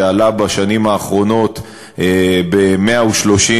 שעלה בשנים האחרונות ב-130%,